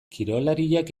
kirolariak